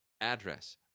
address